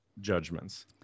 judgments